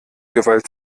gewalt